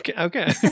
Okay